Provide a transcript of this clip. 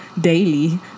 daily